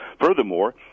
Furthermore